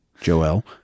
Joel